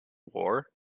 war